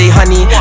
honey